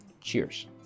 Cheers